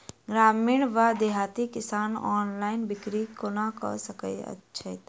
ग्रामीण वा देहाती किसान ऑनलाइन बिक्री कोना कऽ सकै छैथि?